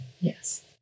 Yes